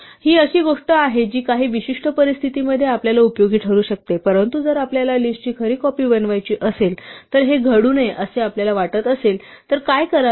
ही अशी गोष्ट आहे जी काही विशिष्ट परिस्थितींमध्ये आपल्याला उपयोगी ठरू शकतो परंतु जर आपल्याला लिस्टची खरी कॉपी बनवायची असेल तर हे घडू नये असे आपल्याला वाटत असेल तर काय करावे